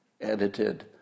edited